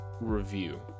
review